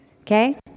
okay